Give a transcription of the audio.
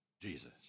Jesus